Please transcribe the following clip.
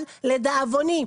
אבל לדאבוני,